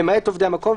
למעט עובדי המקום,